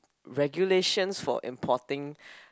regulations for importing